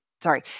Sorry